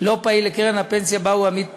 לא פעיל לקרן הפנסיה שבה הוא עמית פעיל.